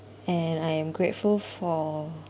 and I am grateful for